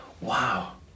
Wow